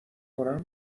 کنم